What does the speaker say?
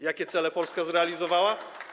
Jakie cele Polska zrealizowała?